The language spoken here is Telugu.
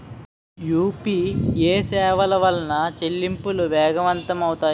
యూపీఏ సేవల వలన చెల్లింపులు వేగవంతం అవుతాయి